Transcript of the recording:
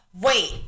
Wait